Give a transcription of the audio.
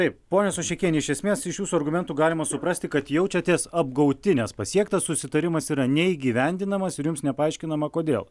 taip ponia soščekiene iš esmės iš jūsų argumentų galima suprasti kad jaučiatės apgauti nes pasiektas susitarimas yra neįgyvendinamas ir jums nepaaiškinama kodėl